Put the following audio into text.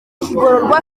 kigororwa